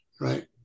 right